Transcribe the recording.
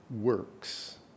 works